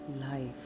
life